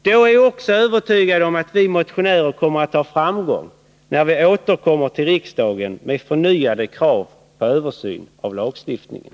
Då är jag övertygad om att vi motionärer kommer att ha framgång när vi återkommer till riksdagen med förnyade krav på översyn av lagstiftningen.